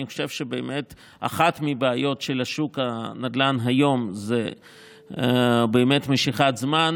אני חושב שבאמת אחת מהבעיות של שוק הנדל"ן היום היא משיכת זמן.